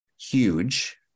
huge